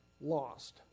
lost